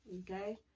Okay